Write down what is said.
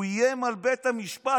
הוא איים על בית המשפט.